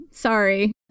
Sorry